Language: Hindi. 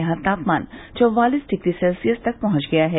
यहां तापमान चौवालीस डिग्री सेल्सियस तक पहुंच गया है